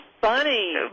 funny